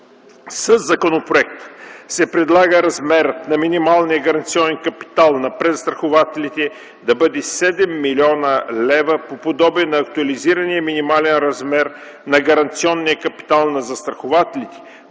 Със законопроекта се предлага размерът на минималния гаранционен капитал на презастрахователите да бъде 7 млн. лв. по подобие на актуализирания минимален размер на гаранционния капитал на застрахователите,